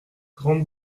grande